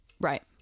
Right